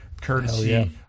courtesy